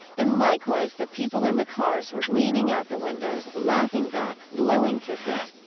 and likewise, the people in the cars were leaning out the windows, laughing back, blowing kisses.